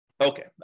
Okay